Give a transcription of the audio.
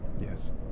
Yes